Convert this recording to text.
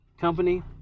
company